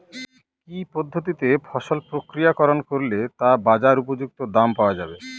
কি পদ্ধতিতে ফসল প্রক্রিয়াকরণ করলে তা বাজার উপযুক্ত দাম পাওয়া যাবে?